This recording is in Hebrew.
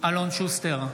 אלון שוסטר,